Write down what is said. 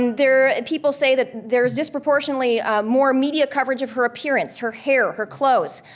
and there, people say that there is disproportionately more media coverage of her appearance, her hair, her clothes.